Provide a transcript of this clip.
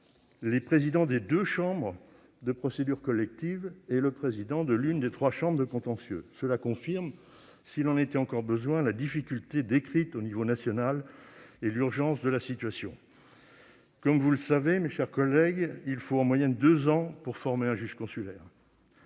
les présidents des deux chambres des procédures collectives et le président de l'une des trois chambres de contentieux. Cela confirme, s'il en était encore besoin, la difficulté décrite au niveau national, et l'urgence de la situation. Comme vous le savez, mes chers collègues, il faut en moyenne deux ans pour former un juge consulaire.